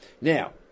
Now